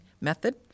method